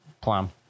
plan